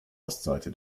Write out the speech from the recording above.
ostseite